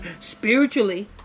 spiritually